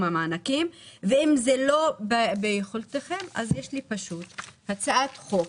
המענקים ואם זה לא ביכולתכם - יש לי הצעת חוק